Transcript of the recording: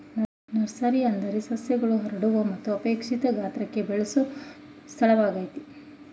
nursery ಅಂದ್ರೆ ಸಸ್ಯಗಳನ್ನು ಹರಡುವ ಮತ್ತು ಅಪೇಕ್ಷಿತ ಗಾತ್ರಕ್ಕೆ ಬೆಳೆಸೊ ಸ್ಥಳವಾಗಯ್ತೆ